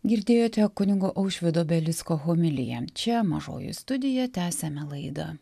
girdėjote kunigo aušvydo belicko homiliją čia mažoji studija tęsiame laidą